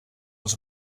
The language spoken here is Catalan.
els